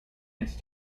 its